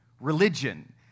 religion